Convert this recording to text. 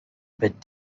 bit